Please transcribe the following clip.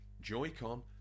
Joy-Con